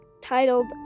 titled